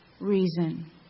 reason